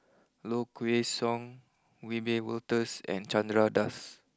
Low Kway Song Wiebe Wolters and Chandra Das